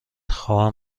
خواهم